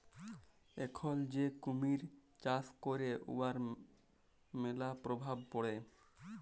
এখল যে কুমহির চাষ ক্যরে উয়ার ম্যালা পরভাব পড়ে